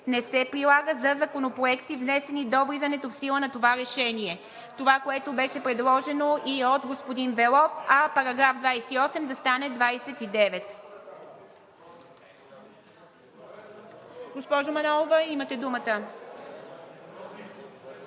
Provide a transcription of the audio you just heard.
не се прилага за законопроекти, внесени до влизането в сила на това решение.“ Това, което беше предложено и от господин Велов, е § 28 да стане § 29. Имате думата,